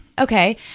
Okay